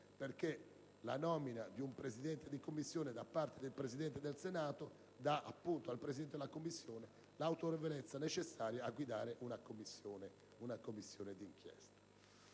perché la nomina di un Presidente di Commissione da parte del Presidente del Senato dà al suddetto l'autorevolezza necessaria a guidare una Commissione di inchiesta.